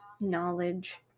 knowledge